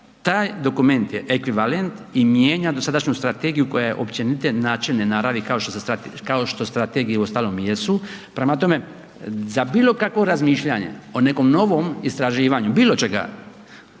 Taj dokument je ekvivalent i mijenja dosadašnju strategiju koja je općenite načelne naravi kao što strategije uostalom i jesu. Prema tome, za bilo kakvo razmišljanje o nekom novom istraživanju bilo čega